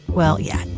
well yeah,